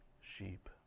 sheep